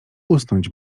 usnąć